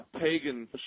pagan